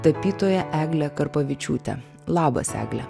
tapytoja egle karpavičiūte labas egle